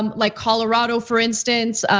um like colorado, for instance,